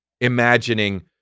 imagining